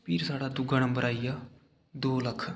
फ्ही साढ़ा दूआ नंबर आई गेआ दो लक्ख